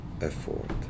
effort